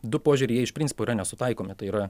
du požiūriai jie iš principo yra nesutaikomi tai yra